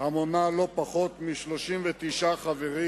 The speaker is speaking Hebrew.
המונה לא פחות מ-39 חברים,